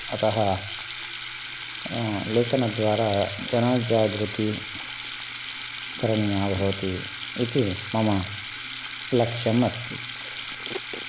अतः लेखनद्वारा जनजागृति करणीया भवति इति मम लक्ष्यं अस्ति